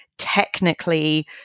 Technically